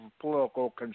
political